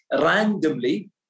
randomly